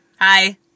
Hi